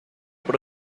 por